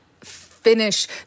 finish